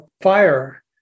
fire